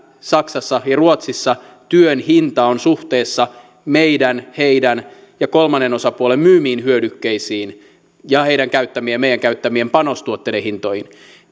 saksassa ja ruotsissa työn hinta on suhteessa meidän heidän ja kolmannen osapuolen myymiin hyödykkeisiin ja heidän ja meidän käyttämien panostuotteiden hintoihin